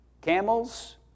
Camels